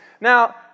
Now